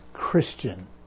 Christian